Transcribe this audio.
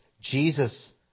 Jesus